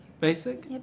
Basic